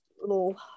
little